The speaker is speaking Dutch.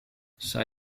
zij